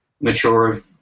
mature